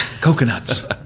coconuts